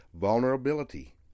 vulnerability